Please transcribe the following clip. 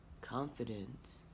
Confidence